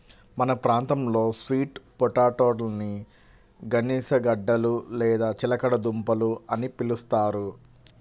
మన ప్రాంతంలో స్వీట్ పొటాటోలని గనిసగడ్డలు లేదా చిలకడ దుంపలు అని పిలుస్తారు